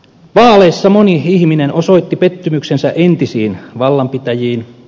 vaaleissa moni ihminen osoitti pettymyksensä entisiin vallanpitäjiin